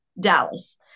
Dallas